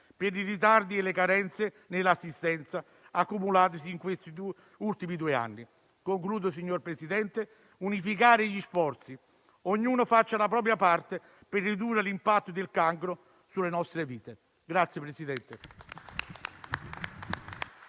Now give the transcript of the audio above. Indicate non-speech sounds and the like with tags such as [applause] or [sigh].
per i ritardi e le carenze nell'assistenza accumulatisi in questi due ultimi due anni. Signor Presidente, occorre unificare gli sforzi. Ognuno faccia la propria parte per ridurre l'impatto del cancro sulle nostre vite. [applause]